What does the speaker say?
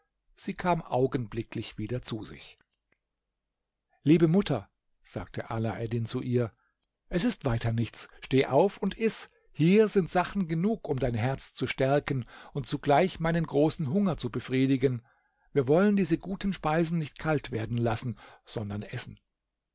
sie kam augenblicklich wieder zu sich liebe mutter sagte alaeddin zu ihr es ist weiter nichts steh auf und iß hier sind sachen genug um dein herz zu stärken und zugleich meinen großen hunger zu befriedigen wir wollen diese guten speisen nicht kalt werden lassen sondern essen